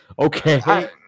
Okay